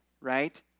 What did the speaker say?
right